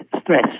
stress